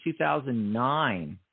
2009